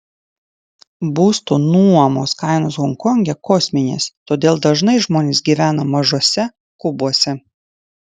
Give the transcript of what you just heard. būsto nuomos kainos honkonge kosminės todėl dažnai žmonės gyvena mažuose kubuose